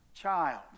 child